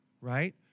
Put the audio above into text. right